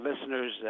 listeners